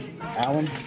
Alan